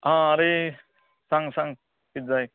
हां आरे सांग सांग किदें जाय